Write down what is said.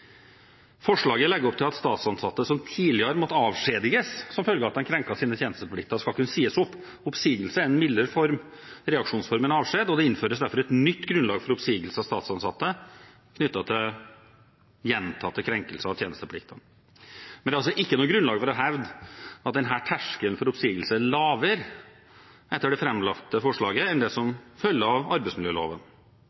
Forslaget legger opp til at statsansatte som tidligere måtte avskjediges som følge av at de krenket sine tjenesteplikter, skal kunne sies opp. Oppsigelse er en mildere reaksjonsform enn avskjed, og det innføres derfor et nytt grunnlag for oppsigelse av statsansatte knyttet til gjentatte krenkelser av tjenestepliktene. Men det er altså ikke noe grunnlag for å hevde at denne terskelen for oppsigelse er lavere etter det framlagte forslaget enn det som